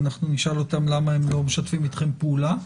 אנחנו נשאל אותם למה הם לא משתפים איתכם פעולה.